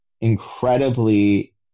incredibly